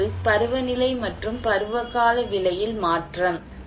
மற்றொன்று பருவநிலை மற்றும் பருவகால விலையில் மாற்றம்